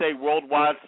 Worldwide